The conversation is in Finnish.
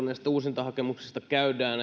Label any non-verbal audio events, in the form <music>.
<unintelligible> näistä uusintahakemuksista käydään <unintelligible>